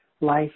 life